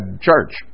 church